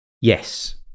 Yes